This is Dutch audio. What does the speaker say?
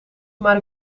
maar